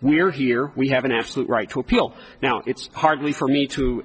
we're here we have an absolute right to appeal now it's hardly for me to